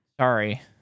Sorry